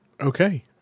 Okay